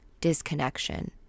Disconnection